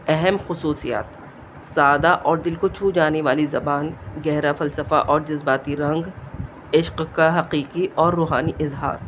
اہم خصوصیات سادہ اور دل کو چھو جانے والی زبان گہرا فلسفہ اور جذباتی رنگ عشق کا حقیقی اور روحانی اظہار